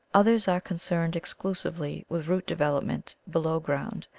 others are concerned exclusively with root development below ground,